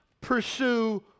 pursue